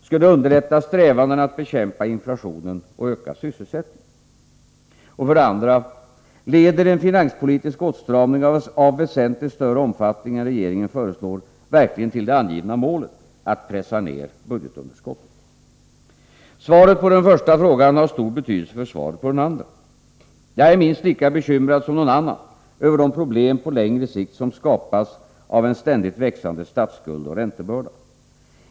Skulle det underlätta strävandena att bekämpa inflationen och öka sysselsättningen? För det andra: Leder en finanspolitisk åtstramning av väsentligt större omfattning än den regeringen föreslår verkligen till det angivna målet — att pressa ner budgetunderskottet? Svaret på den första frågan har stor betydelse för svaret på den andra. Jag är minst lika bekymrad som någon annan över de problem på längre sikt som skapas av en ständigt växande statsskuld och räntebörda.